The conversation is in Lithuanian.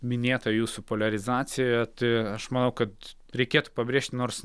minėta jūsų poliarizacija tai aš manau kad reikėtų pabrėžti nors